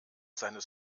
seines